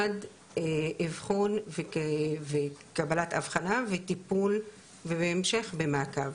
עד אבחון וקבלת אבחנה וטיפול, ובהמשך במעקב.